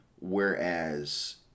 whereas